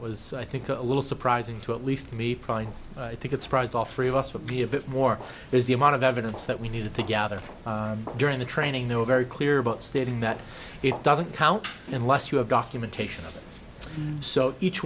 it was i think a little surprising to at least me probably i think it surprised all three of us would be a bit more is the amount of evidence that we needed to gather during the training they were very clear about stating that it doesn't count unless you have documentation so each